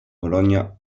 colonia